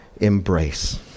embrace